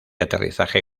aterrizaje